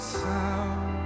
sound